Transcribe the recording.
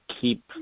keep